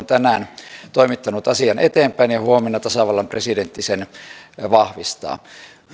tänään toimittanut asian eteenpäin ja huomenna tasavallan presidentti sen vahvistaa